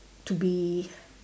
to be